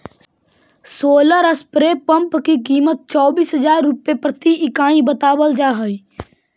solar spray pump की कीमत चौबीस हज़ार रुपए प्रति इकाई बतावल जा हई